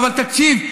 אבל תקשיב.